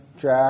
Jack